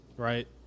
right